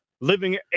living